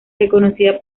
reconocida